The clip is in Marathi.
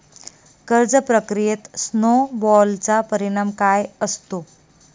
कर्ज प्रक्रियेत स्नो बॉलचा परिणाम काय असतो?